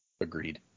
Agreed